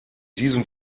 diesem